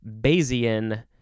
Bayesian